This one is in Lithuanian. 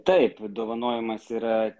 taip dovanojimas yra